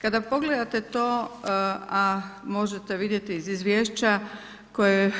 Kada pogledate to, a možete vidjeti iz izvješća koje